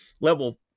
level